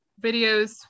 videos